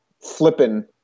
flipping